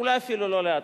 אולי אפילו לא לאט,